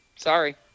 Sorry